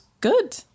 good